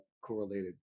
correlated